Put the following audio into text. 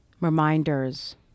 Reminders